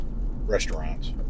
restaurants